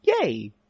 Yay